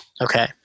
Okay